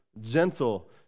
gentle